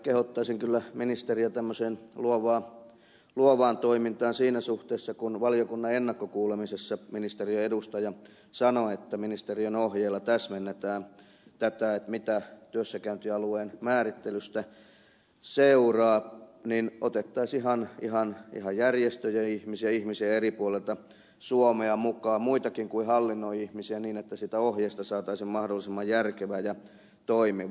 kehottaisin kyllä ministeriä tämmöiseen luovaan toimintaan siinä suhteessa että kun valiokunnan ennakkokuulemisessa ministeriön edustaja sanoi että ministeriön ohjeilla täsmennetään tätä mitä työssäkäyntialueen määrittelystä seuraa niin otettaisiin ihan järjestöjen ihmisiä eri puolilta suomea mukaan muitakin kuin hallinnon ihmisiä niin että siitä ohjeesta saataisiin mahdollisimman järkevä ja toimiva